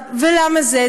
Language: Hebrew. ולמה זה?